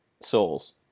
souls